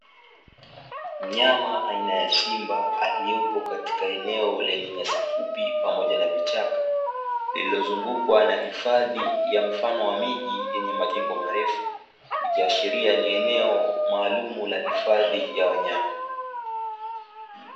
Mnyama aina ya simba aliyopo katika eneo lenye nyasi fupi pamoja na vichaka lililozungukwa na hifadhi ya mfano wa miji yenye majengo marefu, ikiashiria ni eneo maalumu la hifadhi ya wanyama.